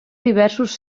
diversos